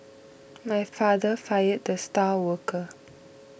my father fired the star worker